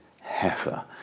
heifer